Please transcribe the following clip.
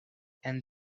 and